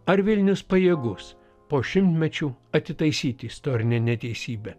ar vilnius pajėgus po šimtmečių atitaisyti istorinę neteisybę